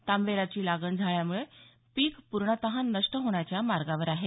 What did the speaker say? तांबेराची लागण झाल्यामुळे पीक पूणेतः नष्ट होण्याच्या मार्गावर आहे